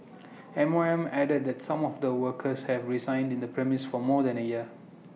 M O M added that some of the workers have resided in the premises for more than A year